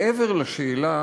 מעבר לשאלה